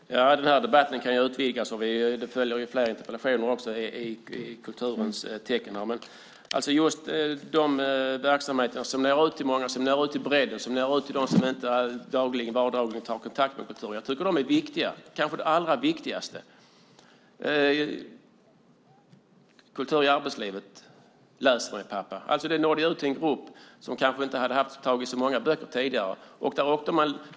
Fru talman! Den här debatten kan utvidgas, och det följer fler interpellationer i kulturens tecken. Jag tycker att just de verksamheter som når ut till många, till bredden, till dem som inte har kontakt med kultur i sin vardag är viktiga, kanske de allra viktigaste. Kultur i arbetslivet, Läs för mig, pappa - det är verksamheter som når ut till grupper som kanske inte hade tagit i så många böcker tidigare.